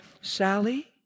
Sally